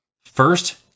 first